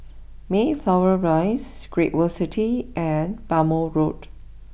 Mayflower Rise Great World City and Bhamo Road